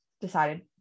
decided